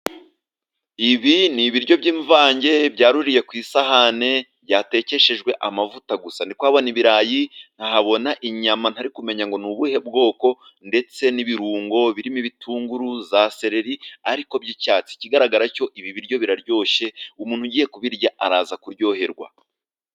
Ibi ni ibiryo by'imvange byaruriye ku isahani, byatekeshejwe amavuta gusa, ndi kuhabona ibirayi nkahabona inyama ntari kumenya ngo ni ubuhe bwoko, ndetse n'ibirungo birimo ibitunguru za sereri ariko by'icyatsi, ikigaragara cyo ibi biryo biraryoshye umuntu ugiye kubirya araza kuryoherwa.